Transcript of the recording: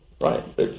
Right